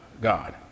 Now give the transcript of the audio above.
God